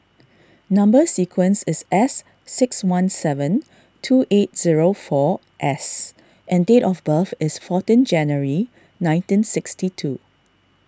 Number Sequence is S six one seven two eight zero four S and date of birth is fourteen January nineteen sixty two